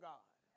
God